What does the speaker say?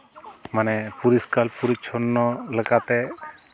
ᱢᱟᱱᱮ ᱯᱚᱨᱤᱥᱠᱟᱨ ᱯᱚᱨᱤᱪᱷᱚᱱᱱᱚ ᱞᱮᱠᱟᱛᱮ